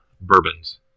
bourbons